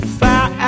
fire